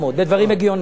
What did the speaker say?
כבוד שר המשפטים,